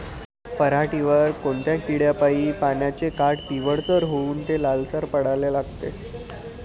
पऱ्हाटीवर कोनत्या किड्यापाई पानाचे काठं पिवळसर होऊन ते लालसर पडाले लागते?